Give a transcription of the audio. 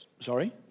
Sorry